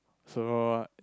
so what